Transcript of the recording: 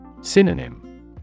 Synonym